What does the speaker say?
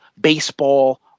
baseball